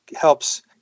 helps